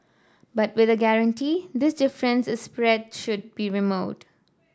but with a guarantee this difference in spread should be removed